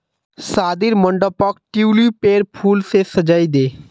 शादीर मंडपक ट्यूलिपेर फूल स सजइ दे